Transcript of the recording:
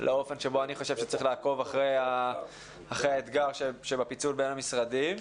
לאופן שבו אני חושב שצריך לעקוב אחרי האתגר של הפיצול בין המשרדים.